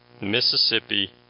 Mississippi